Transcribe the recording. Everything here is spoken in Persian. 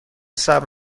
صبر